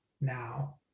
now